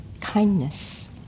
kindness